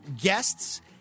guests